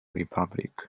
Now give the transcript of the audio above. republic